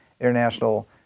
international